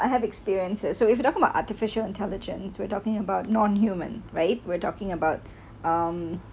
I have experienced so if you talking about artificial intelligence we're talking about non human right we're talking about um